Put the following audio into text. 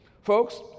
Folks